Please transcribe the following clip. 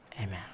Amen